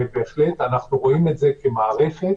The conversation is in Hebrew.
בהחלט אנחנו רואים את זה כמערכת